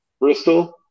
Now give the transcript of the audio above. Bristol